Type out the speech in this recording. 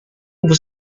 ibu